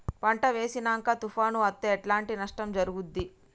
పంట వేసినంక తుఫాను అత్తే ఎట్లాంటి నష్టం జరుగుద్ది?